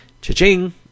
Cha-ching